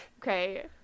okay